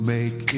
Make